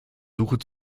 suche